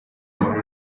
muri